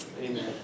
Amen